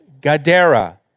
Gadara